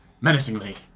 Menacingly